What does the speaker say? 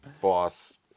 boss